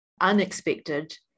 unexpected